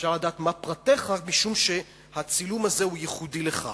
אפשר לדעת מה פרטיך משום שהצילום הזה ייחודי לך.